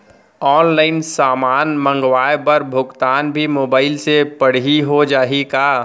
Online समान मंगवाय बर भुगतान भी मोबाइल से पड़ही हो जाही का?